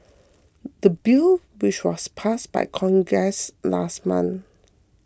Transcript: the bill which was passed by Congress last month